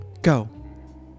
Go